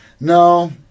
No